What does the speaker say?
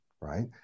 right